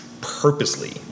Purposely